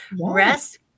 rest